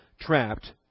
trapped